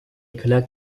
connect